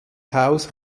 haus